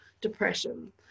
depression